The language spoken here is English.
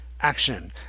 action